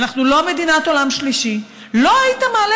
אנחנו לא מדינת עולם שלישי; לא היית מעלה